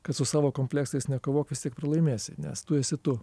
kad su savo kompleksais nekovok vis tiek pralaimėsi nes tu esi tu